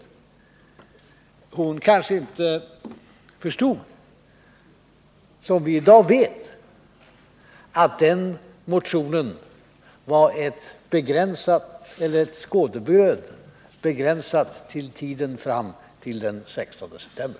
Hon kanske inte förstod det vi vet i dag, att den motionen var ett skådebröd, begränsat till tiden fram till den 16 september.